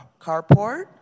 carport